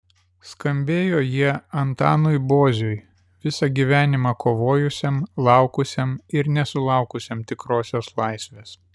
skambėjo jie antanui boziui visą gyvenimą kovojusiam laukusiam ir nesulaukusiam tikrosios laisvės